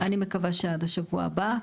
אני מקווה שעד השבוע הבא,